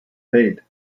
fate